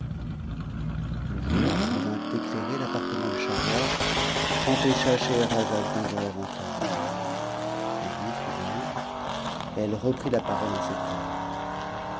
le jour qui vint éclairer l'appartement de schabriar empêcha schchcrazade d'en dire davantage la nuit suivante elle reprit la parole en ces termes